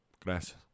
Gracias